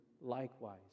likewise